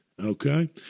Okay